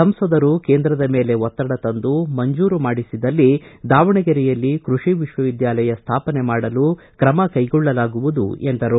ಸಂಸದರು ಕೇಂದ್ರದ ಮೇಲೆ ಒತ್ತಡ ತಂದು ಮಂಜೂರು ಮಾಡಿಸಿದಲ್ಲಿ ದಾವಣಗೆರೆಯಲ್ಲಿ ಕೃಷಿ ವಿಶ್ವವಿದ್ಯಾಲಯ ಸ್ಥಾಪನೆ ಮಾಡಲು ಕ್ರಮಕೈಗೊಳ್ಳಲಾಗುವುದು ಎಂದರು